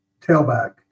tailback